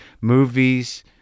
movies